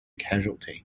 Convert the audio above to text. casualty